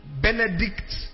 Benedict